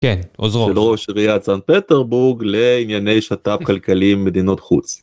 כן עוזרו. של ראש עיריית סנט פטרבוג לענייני שת"פ כלכלי עם מדינות חוץ.